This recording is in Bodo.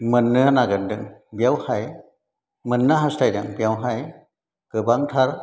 मोननो नागिरदों बेयावहाय मोननो हास्थायदों बेवहाय गोबांथार